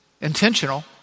intentional